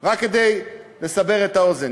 רק כדי לסבר את האוזן.